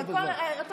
נכון.